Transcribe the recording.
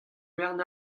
bern